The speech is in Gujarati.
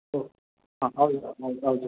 ઓકે હા આવજો